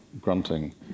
Grunting